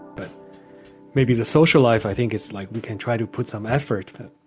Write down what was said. but maybe the social life. i think it's like we can try to put some effort